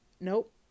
Nope